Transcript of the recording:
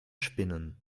spinnen